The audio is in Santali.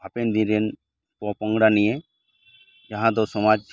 ᱦᱟᱯᱮᱱ ᱫᱤᱱ ᱨᱮᱱ ᱯᱚᱼᱯᱚᱝᱲᱟ ᱱᱤᱭᱮ ᱡᱟᱦᱟᱸ ᱫᱚ ᱥᱚᱢᱟᱡᱽ